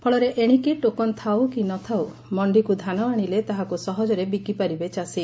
ଫଳରେ ଏଶିକି ଟୋକନ୍ ଥାଉ କି ନ ଥାଉ ମଣ୍ଡିକୁ ଧାନ ଆଶିଲେ ତାହାକୁ ସହଜରେ ବିକି ପାରିବେ ଚାଷୀ